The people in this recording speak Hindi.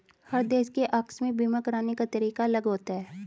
हर देश के आकस्मिक बीमा कराने का तरीका अलग होता है